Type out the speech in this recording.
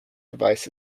device